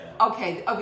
Okay